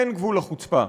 אין גבול לחוצפה.